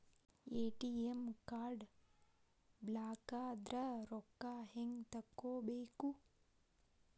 ATM card ಬ್ಲಾಕದ್ರ ರೊಕ್ಕಾ ಹೆಂಗ್ ತಕ್ಕೊಬೇಕು?